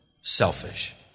selfish